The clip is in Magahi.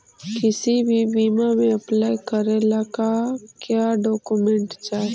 किसी भी बीमा में अप्लाई करे ला का क्या डॉक्यूमेंट चाही?